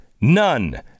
none